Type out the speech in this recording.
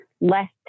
less